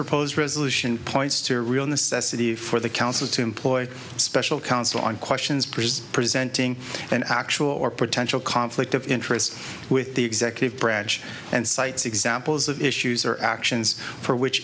proposed resolution points to real necessity for the council to employ special counsel on questions priests presenting an actual or potential conflict of interest with the executive branch and cites examples of issues or actions for which